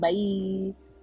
Bye